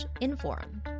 inform